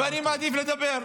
-- ואני מעדיף לדבר.